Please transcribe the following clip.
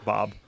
Bob